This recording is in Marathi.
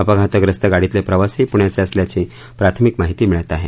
अपघातग्रस्त गाडीतले प्रवासी प्ण्याचे असल्याची प्राथमिक माहिती मिळत आहे